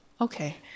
Okay